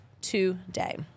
Today